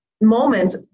moments